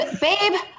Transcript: babe